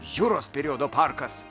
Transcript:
jūros periodo parkas